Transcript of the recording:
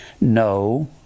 no